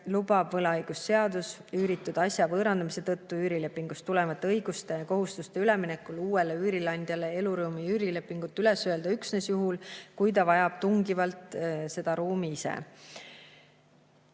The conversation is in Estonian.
lubab võlaõigusseadus üüritud asja võõrandamise tõttu üürilepingust tulenevate õiguste ja kohustuste üleminekul uuele üürileandjale eluruumi üürilepingut üles öelda üksnes juhul, kui ta vajab seda ruumi